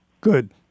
Good